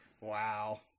Wow